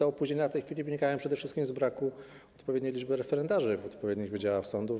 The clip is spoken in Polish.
Opóźnienia w tej chwili wynikają przede wszystkim z braku odpowiedniej liczby referendarzy w odpowiednich wydziałach sądów.